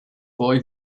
boy